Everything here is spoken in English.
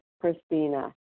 Christina